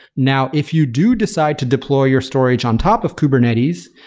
now, if you do decide to deploy your storage on top of kubernetes,